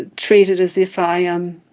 and treated as if i um